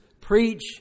preach